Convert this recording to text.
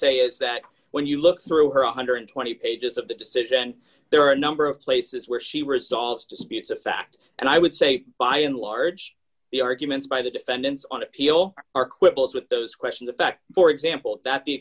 say is that when you look through one hundred and twenty pages of the decision there are a number of places where she resolves disputes of fact and i would say by and large the arguments by the defendants on appeal are quibbles with those question the fact for example that the